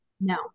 No